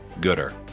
gooder